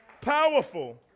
Powerful